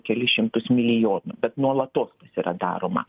kelis šimtus milijonų bet nuolatos tas yra daroma